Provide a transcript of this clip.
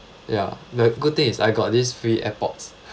ya the good thing is I got these free airpods